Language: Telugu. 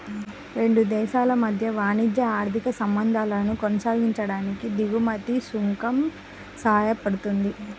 రెండు దేశాల మధ్య వాణిజ్య, ఆర్థిక సంబంధాలను కొనసాగించడానికి దిగుమతి సుంకం సాయపడుతుంది